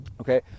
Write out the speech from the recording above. okay